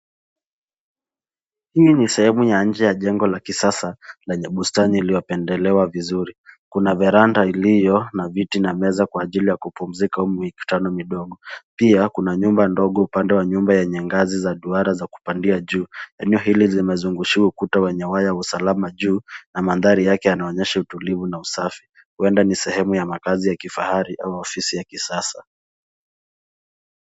Hii ni sehemu ya nje ya jengo la kisasa lenye bustani iliyopendelewa vizuri. Kuna verandah iliyo na viti na meza kwa ajili ya kupumzika mikutano midogo. Pia kuna nyumba ndogo upande wa nyuma yenye ngazi za duara za kupandia juu. Eneo hili limezungushiwa ukuta wenye waya wa usalama juu na mandhari yake yanaonyesha utulivu na usafi, huenda ni sehemu ya makazi ya kifahari au ofisi ya kisasa.